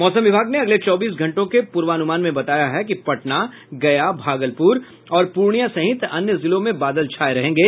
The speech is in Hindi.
मौसम विभाग ने अगले चौबीस घंटों के पूर्वानुमान में बताया है कि पटना गया भागलपुर और पूर्णियां सहित अन्य जिलों में बादल छाए रहेंगे